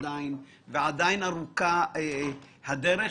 עדיין ארוכה הדרך.